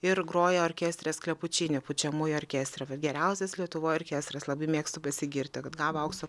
ir groja orkestre sklepučini pučiamųjų orkestre vat geriausias lietuvoj orkestras labai mėgstu pasigirti kad gavo aukso